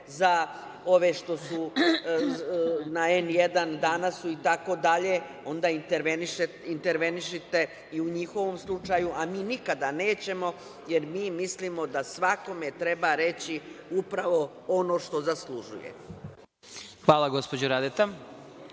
za ove što su na N1, Danas-u itd, onda intervenišite i u njihovom slučaju, a mi nikada nećemo, jer mi mislimo da svakome treba reći upravo ono što zaslužuje. **Vladimir